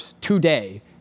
today